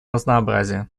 разнообразия